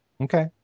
okay